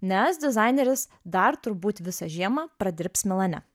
nes dizaineris dar turbūt visą žiemą pradirbs milane